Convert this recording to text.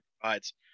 provides